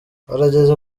harageze